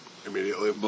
Immediately